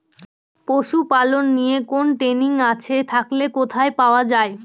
পশুপালন নিয়ে কোন ট্রেনিং আছে থাকলে কোথায় পাওয়া য়ায়?